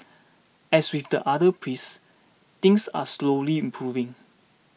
as with the other pries things are slowly improving